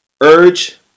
urge